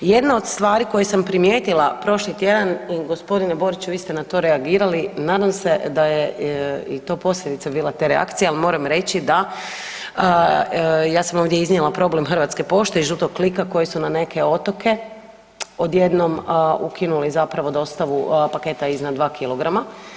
Jedna od stvari koje sam primijetila prošli tjedan, gospodine Boriću vi ste na to reagirali, nadam se da je i to posljedica bila te reakcije ali moram reći da ja sam ovdje iznijela problem Hrvatske pošte i žutog klika koji su na neke otoke odjednom ukinuli zapravo dostavu paketa iznad 2 kilograma.